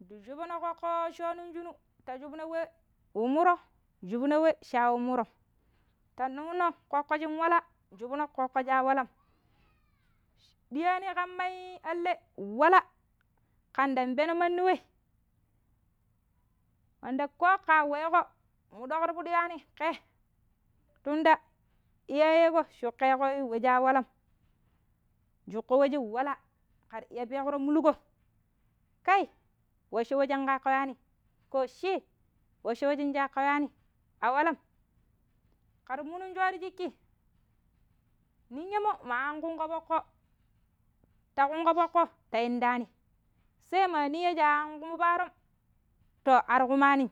Ndi shubno̱, ƙoƙƙo sho̱o̱ nong shinu, ta shubune we wu muro̱ nshubno̱ we shi a muro̱m, ta nuno̱ ƙoƙƙo shi wala nshubno̱ ƙoƙƙo shi a walam. Diya̱a̱mi ƙamma alle wala ƙen ndan peno̱ we, wanda ko ka weeƙo muɗoƙ ti fuɗi ywaani ƙe, tunda iya yeeƙo shukkeeƙo we shi a walam shi ƙan we shi wala ƙara kpaƙlo̱ pekro̱ mulko kai, waco̱ we shi ƙa ywaani yindang shi, wacco̱ we shinji ywaani a walam, ƙera nunung sho̱o̱ ti shiukki ninya̱ mo maa an kungƙo fo̱ƙƙo̱ ta kungƙo foƙƙo ta e̱ndani, sai maa ninya̱ shi an ƙuma paarom, to ar ƙumaamm,